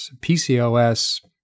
PCOS